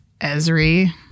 Esri